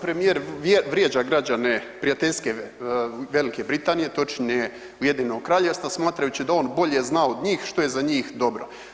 Premijer vrijeđa građane prijateljske Velike Britanije, točnije Ujedinjenog Kraljevstva smatrajući da on bolje zna od njih što je za njih dobro.